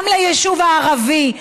גם ליישוב הערבי,